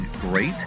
great